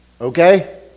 Okay